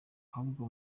ahubwo